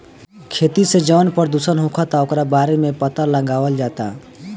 खेती से जवन प्रदूषण होखता ओकरो बारे में पाता लगावल जाता